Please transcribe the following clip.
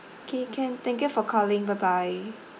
K can thank you for calling bye bye